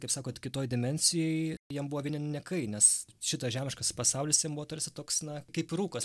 kaip sakot kitoj dimensijoj jam buvo vieni niekai nes šitas žemiškas pasaulis jam buvo tarsi toks na kaip rūkas